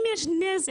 אם יש נזק.